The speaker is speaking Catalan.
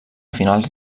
finals